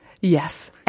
Yes